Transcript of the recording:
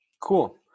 Cool